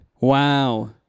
Wow